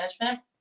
Management